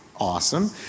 awesome